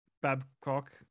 babcock